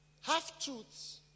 Half-truths